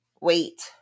Wait